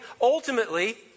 ultimately